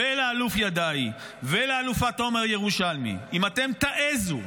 ולאלוף ידעי ולאלופה תומר ירושלמי: אם אתם תעזו,